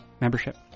membership